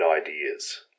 ideas